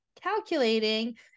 calculating